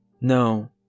No